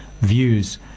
views